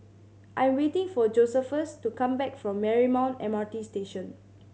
I am waiting for Josephus to come back from Marymount M R T Station